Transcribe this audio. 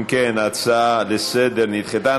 אם כן, ההצעה לסדר-היום נדחתה.